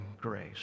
grace